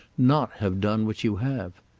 not have done what you have.